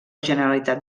generalitat